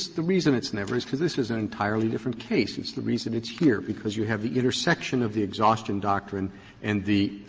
the reason it's never is because this is an entirely different case. it's the reason it's here, because you have the intersection of the exhaustion doctrine and the